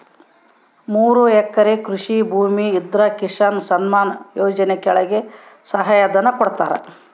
ಮೂರು ಎಕರೆ ಕೃಷಿ ಭೂಮಿ ಇದ್ರ ಕಿಸಾನ್ ಸನ್ಮಾನ್ ಯೋಜನೆ ಕೆಳಗ ಸಹಾಯ ಧನ ಕೊಡ್ತಾರ